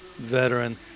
veteran